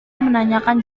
menanyakan